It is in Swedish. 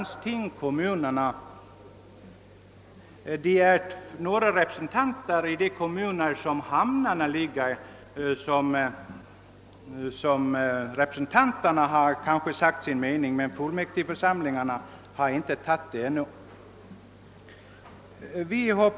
Det är bara några representanter för de kommuner där hamnarna är belägna som har sagt sin mening. Fullmäktigeförsamlingarna har ännu inte godkänt avtalet.